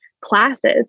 classes